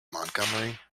montgomery